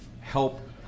help